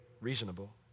reasonable